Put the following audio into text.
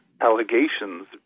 allegations